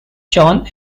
john